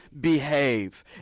behave